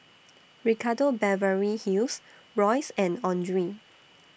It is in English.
Ricardo Beverly Hills Royce and Andre